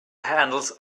handles